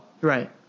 Right